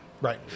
right